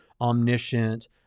omniscient